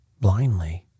blindly